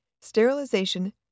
sterilization